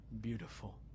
beautiful